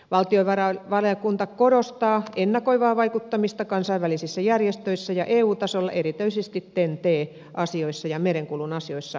valtiovarainvaliokunta korostaa ennakoivaa vaikuttamista kansainvälisissä järjestöissä ja eu tasolla erityisesti ten t asioissa ja merenkulun asioissa imossa